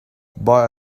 buy